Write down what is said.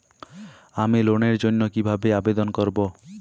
আমি লোনের জন্য কিভাবে আবেদন করব?